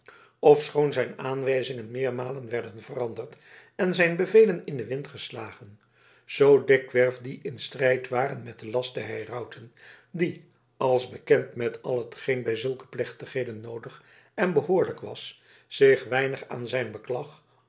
ofschoon zijn aanwijzingen meermalen werden veranderd en zijn bevelen in den wind geslagen zoo dikwerf die in strijd waren met den last der herauten die als bekend met al hetgeen bij zulke plechtigheden noodig en behoorlijk was zich weinig aan zijn beklag